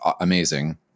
amazing